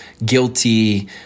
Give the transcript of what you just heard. Guilty